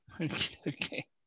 Okay